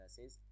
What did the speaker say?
says